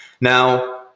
now